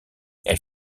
elle